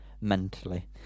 mentally